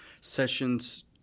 sessions